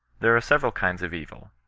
there are several kinds of evil,